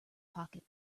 pocket